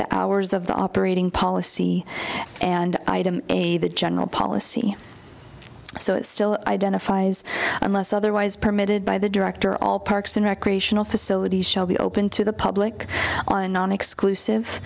the hours of the operating policy and a general policy so it's still identifies unless otherwise permitted by the director all parks and recreational facilities shall be open to the public on an exclusive